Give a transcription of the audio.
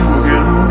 again